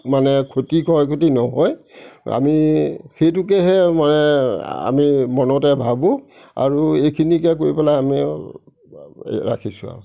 মানে ক্ষতি ক্ষয় ক্ষতি নহয় আমি সেইটোকেহে মানে আমি মনতে ভাবোঁ আৰু এইখিনিকে কৰি পেলাই আমি আৰু ৰাখিছোঁ আৰু